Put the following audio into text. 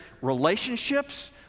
relationships